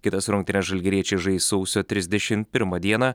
kitas rungtynes žalgiriečiai žais sausio trisdešimt pirmą dieną